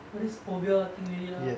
got this phobia thing already ah